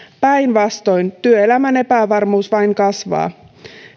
päinvastoin työelämän epävarmuus vain kasvaa